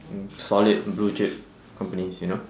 mm solid blue chip companies you know